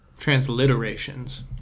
Transliterations